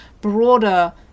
broader